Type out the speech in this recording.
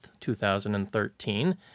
2013